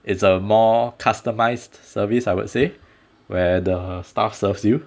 it's a more customised service I would say where the staff serves you